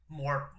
more